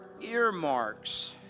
earmarks